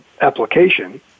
application